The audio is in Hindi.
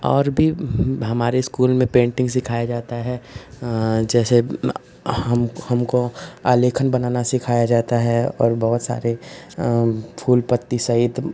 और भी हमारे स्कूल में पेन्टिन्ग सिखाई जाती है जैसे हम हमको आलेखन बनाना सिखाया जाता है और बहुत सारी फूल पत्ती सहित